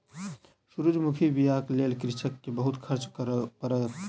सूरजमुखी बीयाक लेल कृषक के बहुत खर्च करअ पड़ल